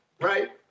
right